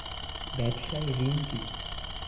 ব্যবসায় ঋণ কি?